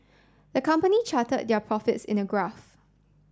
the company charted their profits in a graph